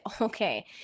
Okay